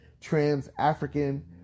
trans-African